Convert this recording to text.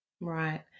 Right